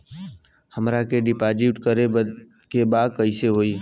हमरा के डिपाजिट करे के बा कईसे होई?